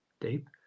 Deep